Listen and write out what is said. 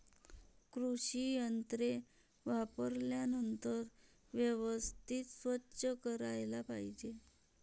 कृषी यंत्रे वापरल्यानंतर व्यवस्थित स्वच्छ करायला पाहिजे